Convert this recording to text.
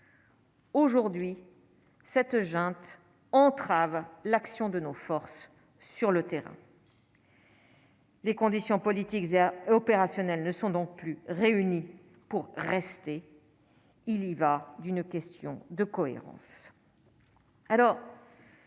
Aujourd'hui cette junte entrave l'action de nos forces sur le terrain, les conditions politiques et opérationnels ne sont donc plus réunies pour rester il y va d'une question de cohérence.